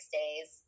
days